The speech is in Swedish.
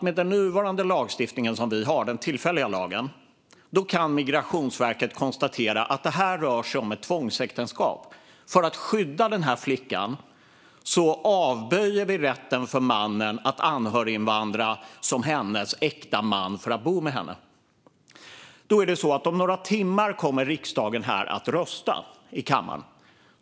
Med den nuvarande lagstiftningen, fru talman, den tillfälliga lagen, kan Migrationsverket konstatera att det rör sig om ett tvångsäktenskap. För att skydda flickan nekar vi mannen rätten att anhöriginvandra som hennes äkta man för att bo med henne. Om några timmar kommer riksdagen att rösta här i kammaren.